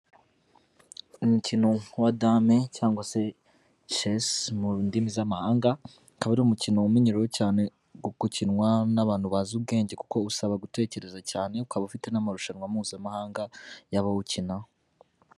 Umukino wa dame cyangwa se chesi mu ndimi z'amahanga. Ukaba ari umukino umenyereweho cyane gukinwa n'abantu bazi ubwenge, kuko usaba gutekereza cyane ukaba ufite n'amarushanwa mpuzamahanga y'abawukina.